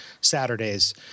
Saturdays